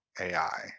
AI